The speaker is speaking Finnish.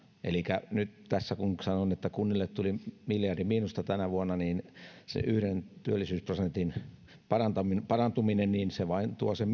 elikkä nyt tässä kun sanon että kunnille tuli miljardi miinusta tänä vuonna niin se yhden työllisyysprosentin parantuminen tuo vain sen